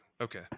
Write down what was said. Okay